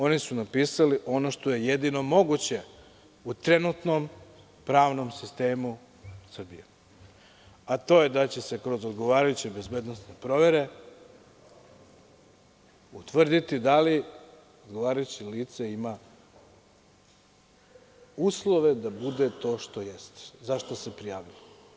Oni su napisali ono što je jedino moguće u trenutnom pravnom sistemu Srbije, a to je da će se kroz odgovarajuće bezbednosne provere utvrditi da li odgovarajuće lice ima uslove da bude to što jeste, za šta se i prijavilo.